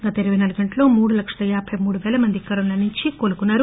గత ఇరవై నాలుగు గంటల్లో మూడు లక్షల యాబై మూడు పేల మంది కరోనా నుంచి కోలుకున్నారు